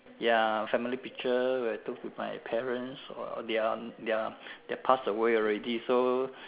ya family picture where I took with my parents or they are they are they pass away already so